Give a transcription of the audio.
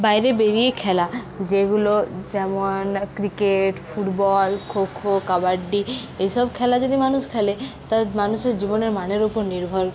বাইরে বেড়িয়ে খেলা যেগুলো যেমন ক্রিকেট ফুটবল খোখো কবাড্ডি এইসব খেলা যদি মানুষ খেলে তা মানুষের জীবনের মানের উপর নির্ভর